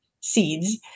seeds